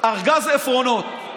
ארגז עפרונות,